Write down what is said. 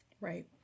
Right